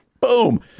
Boom